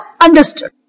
understood